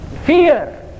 fear